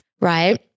right